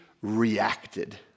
reacted